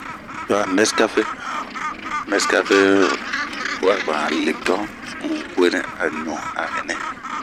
To anɛsikafe, nɛsikafe warima libiton, unh ueni a ɲu a ɛni.